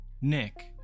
Nick